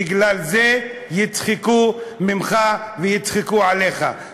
בגלל זה יצחקו ממך ויצחקו עליך,